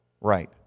Right